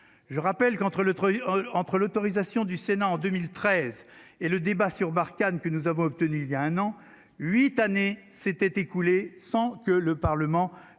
le travail entre l'autorisation du Sénat en 2013 et le débat sur Barkhane, que nous avons obtenu il y a un an 8 années s'étaient écoulées sans que le Parlement ne